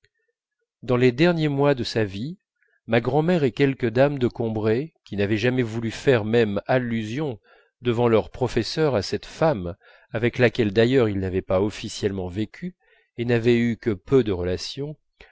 dans les derniers mois de sa vie ma grand'mère et quelques dames de combray qui n'avaient jamais voulu faire même allusion devant leur professeur à cette femme avec laquelle d'ailleurs il n'avait pas officiellement vécu et n'avait eu que peu de relations